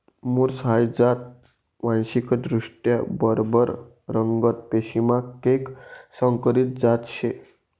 मुर्स हाई जात वांशिकदृष्ट्या बरबर रगत पेशीमा कैक संकरीत जात शे